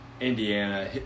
Indiana